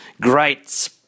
great